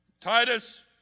Titus